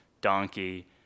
donkey